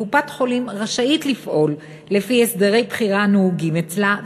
קופת-חולים רשאית לפעול לפי הסדרי הבחירה הנהוגים אצלה,